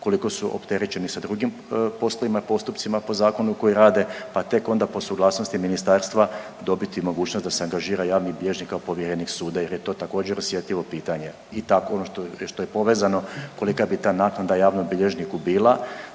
koliko su opterećeni sa drugim poslovima i postupcima po zakonu koji rade, pa tek onda po suglasnosti ministarstva dobiti mogućnost da se angažira javni bilježnik kao povjerenik suda jer je to također osjetljivo pitanje i tako ono što je, ono što je povezano kolika bi ta naknada javnom bilježniku bila